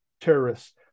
terrorists